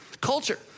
Culture